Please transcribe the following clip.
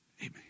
Amen